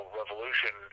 revolution